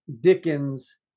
Dickens